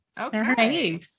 Okay